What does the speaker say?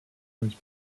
was